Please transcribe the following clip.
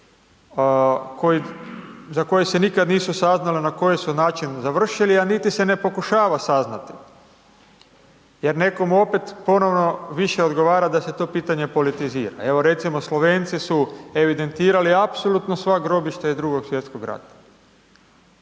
za koje se nikad nisu saznale na koji su način završili, a niti se ne pokušava saznati jer nekomu opet ponovno više odgovara da se to pitanje politizira. Evo recimo, Slovenci su evidentirali apsolutno sva grobišta iz Drugo svjetskog rata